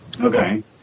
Okay